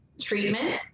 treatment